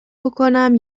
بکـنم